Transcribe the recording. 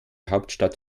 hauptstadt